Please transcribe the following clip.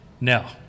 No